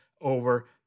over